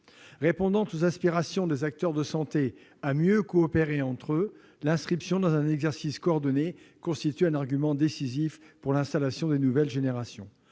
Répondant aux aspirations des acteurs de santé à mieux coopérer entre eux, l'inscription dans un exercice coordonné constitue un argument décisif pour l'installation des nouvelles générations.